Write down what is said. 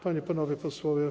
Panie i Panowie Posłowie!